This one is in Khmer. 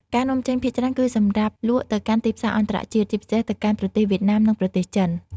ការនាំចេញភាគច្រើនគឺសម្រាប់លក់ទៅកាន់ទីផ្សារអន្តរជាតិ ជាពិសេសទៅកាន់ប្រទេសវៀតណាម និងប្រទេសចិន។